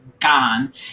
gone